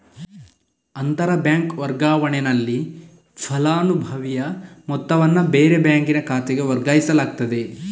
ಅಂತರ ಬ್ಯಾಂಕ್ ವರ್ಗಾವಣೆನಲ್ಲಿ ಫಲಾನುಭವಿಯ ಮೊತ್ತವನ್ನ ಬೇರೆ ಬ್ಯಾಂಕಿನ ಖಾತೆಗೆ ವರ್ಗಾಯಿಸಲಾಗ್ತದೆ